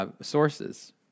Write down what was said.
sources